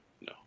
No